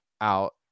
out